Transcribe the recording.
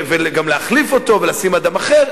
גם להחליף אותו ולשים אדם אחר,